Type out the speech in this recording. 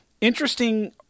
interesting